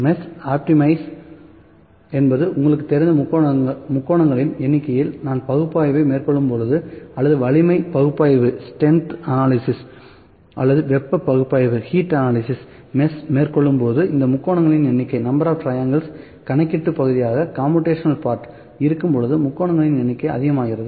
mesh optimise என்பது உங்களுக்குத் தெரிந்த முக்கோணங்களின் எண்ணிக்கையில் நாங்கள் பகுப்பாய்வை மேற்கொள்ளும்போது அல்லது வலிமை பகுப்பாய்வு அல்லது வெப்ப பகுப்பாய்வை மெஷ் மேற்கொள்ளும்போது இந்த முக்கோணங்களின் எண்ணிக்கை கணக்கீட்டு பகுதியாக இருக்கும்போது முக்கோணங்களின் எண்ணிக்கை அதிகமாகிறது